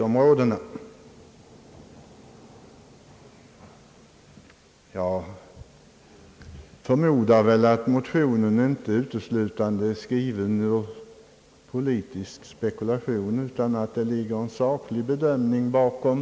Jag förmodar att motionerna inte skrivits uteslutande i politiskt spekulationssyfte utan att det ligger en saklig bedömning bakom.